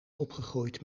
opgegroeid